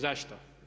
Zašto?